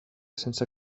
sense